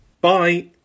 Bye